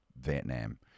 Vietnam